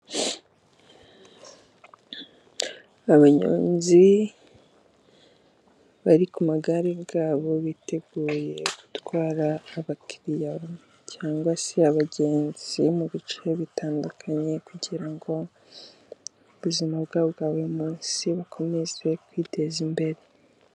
Abanyonzi bari kumagare yabo biteguye gutwara abakiriye cyangwa se abagenzi mubice bitandukanye, kugira ngo ubuzima bwabo bwaburimunsi bakomeze kwiteza imbere.